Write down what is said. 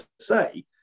say